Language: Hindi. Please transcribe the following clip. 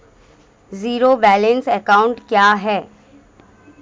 ज़ीरो बैलेंस अकाउंट क्या है?